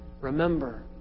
Remember